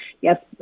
yes